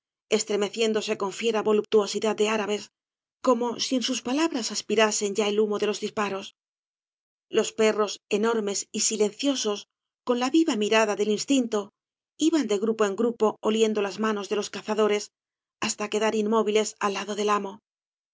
estremeciéndose con fiera voluptuosidad de árabes como si en sus palabras as pirasen ya el humo de los disparos los perros enormes y silenciosos con la viva mirada del ins tinto iban de grupo en grupo oliendo las manca de los cazadores hasta quedar inmóviles al lado del amo